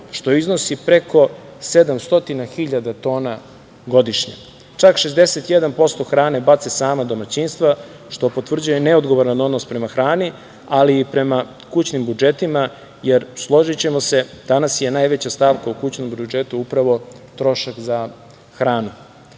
što iznosi preko 700.000 tona godišnje. Čak 61% hrane bace sama domaćinstva, što potvrđuje neodgovoran odnos prema hrani, ali i prema kućnim budžetima, jer složićemo se, danas je najveća stavka u kućnom budžetu upravo trošak za hranu. Kada